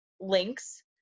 links